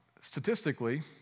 statistically